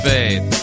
Faith